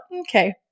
okay